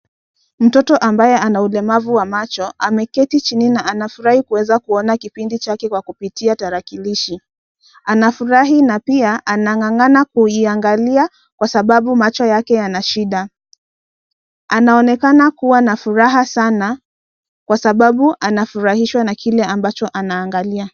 Mtoto ambaye ana ulemavu wa macho ameketi chini na anafurahi kuweza kuona kipindi chake kwa kupitia tarakilishi. Anafurahi na pia anang'ang'ana kuiangalia kwa sababu macho yake yana shida. Anaonekana kuwa na furaha sana kwa sababu anafurahishwa na kile ambacho anaangalia.